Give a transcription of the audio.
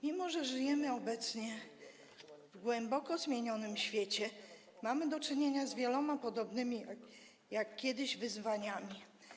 Mimo że żyjemy obecnie w głęboko zmienionym świecie, mamy do czynienia z wieloma podobnymi jak kiedyś wyzwaniami.